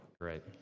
Great